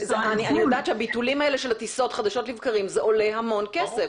אני יודעת שהביטולים האלה של הטיסות חדשות לבקרים זה עולה המון כסף,